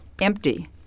empty